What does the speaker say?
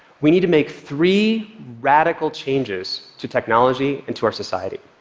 we need to make three radical changes to technology and to our society.